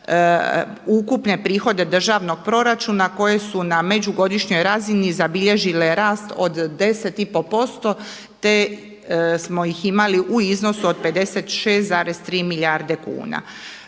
ukupne prihode državnog proračuna koje su na među godišnjoj razini zabilježile rast od 10 i pol posto, te smo ih imali u iznosu od 56,3 milijarde kuna.